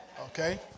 Okay